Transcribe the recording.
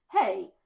Hey